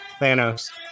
Thanos